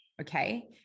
okay